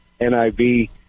NIV